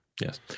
Yes